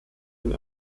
den